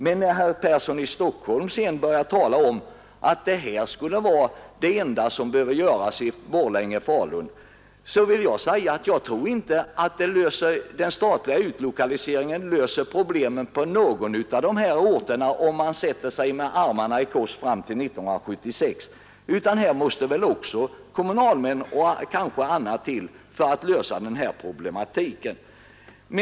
Herr Persson i Stockholm säger att vi påstår att en utlokalisering till Borlänge-Falunregionen räcker för att lösa problemen där, men jag tror inte att den statliga utlokaliseringen på något sätt löser problemen för dessa orter om man där sätter sig med armarna i kors fram till år 1976. Det måste mycket annat till för att lösa den problematiken.